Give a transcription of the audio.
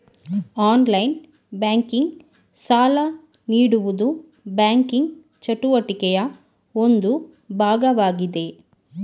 online banking, ಸಾಲ ನೀಡುವುದು banking ಚಟುವಟಿಕೆಯ ಒಂದು ಭಾಗವಾಗಿದೆ